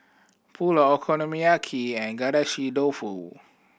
Pulao Okonomiyaki and Agedashi Dofu